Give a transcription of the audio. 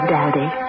Daddy